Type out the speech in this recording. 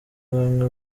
bamwe